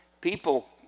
People